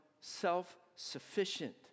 self-sufficient